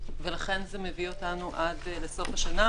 ולכן זה מביא אותנו עד לסוף השנה,